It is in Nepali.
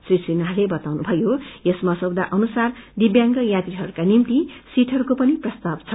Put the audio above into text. श्री सिन्हाले बताउनुभयो यस मसौदा अनुसार दिव्यांग यात्रीहरूका निमित सीटहरूको पनि प्रस्ताव छ